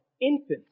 infants